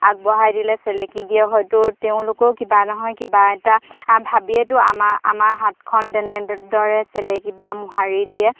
আগবঢ়াই দিলে চেলেকি দিয়ে হয়তো তেওঁলোকেও কিবা নহয় কিবা এটা ভাবিয়েইতো আমাৰ আমাৰ হাতখন তেনেদৰে চেলেকি বা মোহাৰি দিয়ে